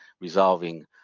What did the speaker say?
resolving